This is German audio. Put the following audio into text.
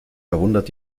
verwundert